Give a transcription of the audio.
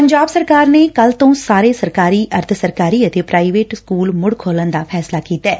ਪੰਜਾਬ ਸਰਕਾਰ ਨੇ ਕੱਲੂ ਤੋ ਸਾਰੇ ਸਰਕਾਰੀ ਅਰਧ ਸਰਕਾਰੀ ਅਤੇ ਪ੍ਰਾਈਵੇਟ ਸਕੁਲ ਮੁੜ ਖੋਲਣ ਦਾ ਫੈਸਲਾ ਕੀਤੈ